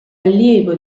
allievo